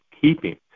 keeping